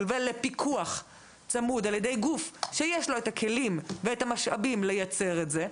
ולפיקוח צמוד על ידי גוף שיש לו את הכלים או המשאבים לייצר את זה,